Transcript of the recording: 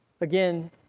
again